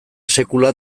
sekula